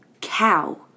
Cow